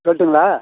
சொல்லிட்டுங்களா